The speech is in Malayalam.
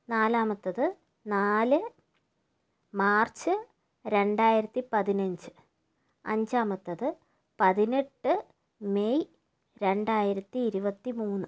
നാലാമത്തത് നാല് മാർച്ച് രണ്ടായിരത്തിപ്പതിനഞ്ച് അഞ്ചാമത്തത് പതിനെട്ട് മെയ് രണ്ടായിരത്തി ഇരുപത്തി മൂന്ന്